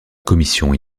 commission